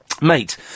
Mate